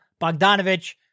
Bogdanovich